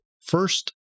first